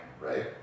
Right